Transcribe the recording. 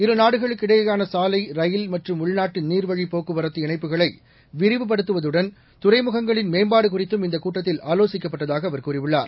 இரு நாடுகளிடையேயான சாலை ரயில் மற்றும் உள்நாட்டு நீர்வழிப் போக்குவரத்து இணைப்புகளை விரிவுபடுத்துவதுடன் துறைமுகங்களின் மேம்பாடு குறித்தும் இந்தக் கூட்டத்தில் ஆலோசிக்கப்பட்டதாக அவர் கூறியுள்ளார்